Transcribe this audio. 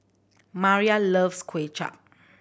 Mariah loves Kuay Chap